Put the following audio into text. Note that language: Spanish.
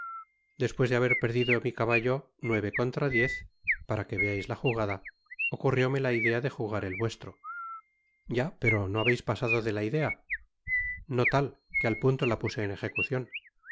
despues de haber perdido mi caballo nueve contra diez para que veais la jugada ocurrióme la idea de jugar el vuestro ya pero no habéis pasado de la idea no tal que al punto la puse en ejecucion